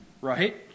Right